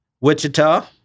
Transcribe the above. Wichita